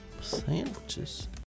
Sandwiches